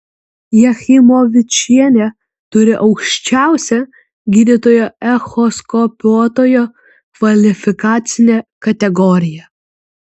jachimovičienė turi aukščiausią gydytojo echoskopuotojo kvalifikacinę kategoriją